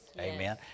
Amen